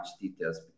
details